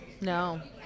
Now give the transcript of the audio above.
no